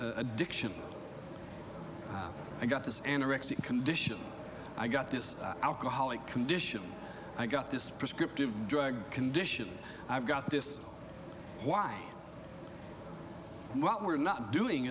addiction i got this anorexic condition i got this alcoholic condition i got this prescriptive drug condition i've got this why what we're not doing